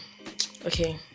Okay